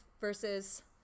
versus